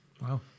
Wow